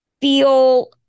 feel